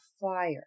fire